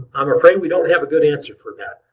i'm afraid we don't have a good answer for that.